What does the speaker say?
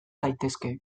daitezke